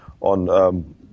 on